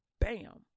Bam